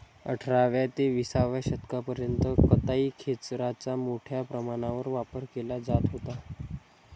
अठराव्या ते विसाव्या शतकापर्यंत कताई खेचराचा मोठ्या प्रमाणावर वापर केला जात होता